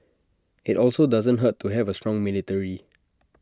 IT also doesn't hurt to have A strong military